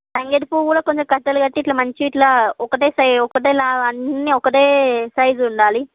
తంగేడు పువ్వులు కొంచెం కట్టలు కట్టి ఇలా మంచి ఇలా ఒకటే సైజు ఒకటే లాగా అన్నీ ఒకటే సైజు ఉండాలి